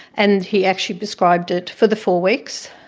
and he actually prescribed it for the four weeks.